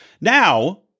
Now